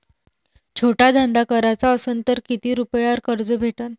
छोटा धंदा कराचा असन तर किती रुप्यावर कर्ज भेटन?